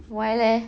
why leh